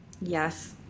Yes